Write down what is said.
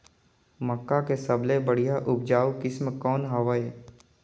मक्का के सबले बढ़िया उपजाऊ किसम कौन हवय?